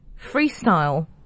freestyle